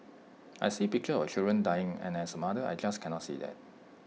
I see pictures of children dying and as A mother I just cannot see that